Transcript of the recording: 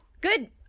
Good